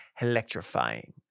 electrifying